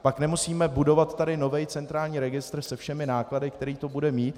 Pak nemusíme budovat tady nový centrální registr se všemi náklady, které to bude mít.